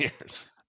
years